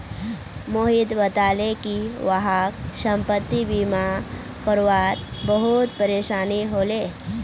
मोहित बताले कि वहाक संपति बीमा करवा त बहुत परेशानी ह ले